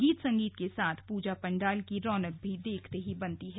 गीत संगीत के साथ पूजा पंडाल की रौनक देखते ही बनती है